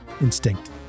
instinct